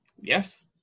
yes